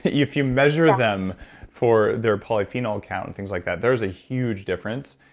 if you measure them for their polyphenol count and things like that, there's a huge difference.